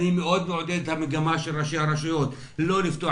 אני מאוד מעודד את המגמה של ראשי הרשויות לא לפתוח